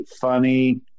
funny